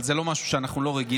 אבל זה לא משהו שאנחנו לא רגילים.